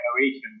innovation